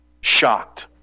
shocked